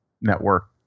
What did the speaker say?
network